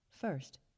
First